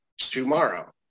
tomorrow